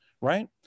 right